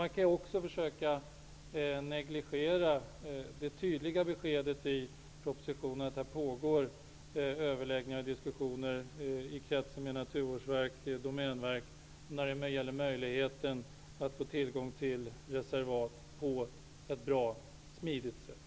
Man kan också försöka negligera det tydliga beskedet i propositionen om att det pågår överläggningar och diskussioner i kretsen av Naturvårdsverket och Domänverket när det gäller möjligheten att få tillgång till reservat på ett bra och smidigt sätt.